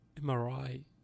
MRI